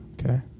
Okay